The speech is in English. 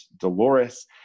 Dolores